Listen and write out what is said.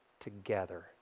together